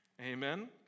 Amen